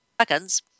seconds